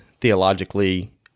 theologically